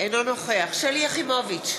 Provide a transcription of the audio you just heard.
אינו נוכח שלי יחימוביץ,